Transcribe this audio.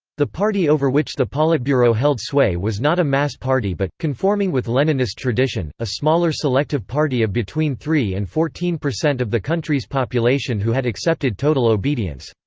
the party over which the politburo held sway was not a mass party but, conforming with leninist tradition, a smaller selective party of between three and fourteen percent of the country's population who had accepted total obedience.